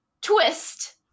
twist